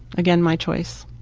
again, my choice.